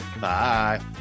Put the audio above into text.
bye